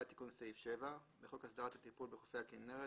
אחרי תיקון סעיף 7 בחוק הסדרת הטיפול בחופי הכנרת,